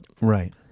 Right